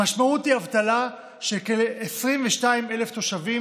המשמעות היא אבטלה של כ-22,000 תושבים,